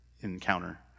encounter